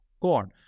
corn